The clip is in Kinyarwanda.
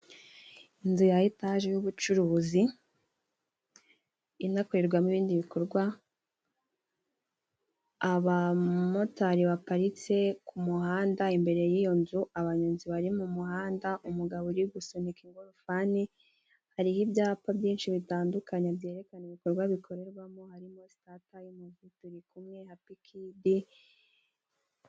Inzu ya etaje y'ubucuruzi inakorerwamo ibindi bikorwa. Abamotari baparitse ku muhanda, imbere y'iyo nzu, abanyonzi bari mu muhanda. Umugabo uri gusunika ingorofani. Hariho ibyapa byinshi bitandukanye, byerekana ibikorwa bikorerwamo, harimo sitatayimu, turikumwe hapikidi.